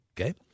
Okay